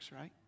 right